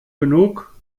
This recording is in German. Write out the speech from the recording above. genug